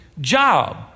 job